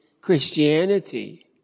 Christianity